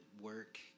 work –